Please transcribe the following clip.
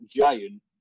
giant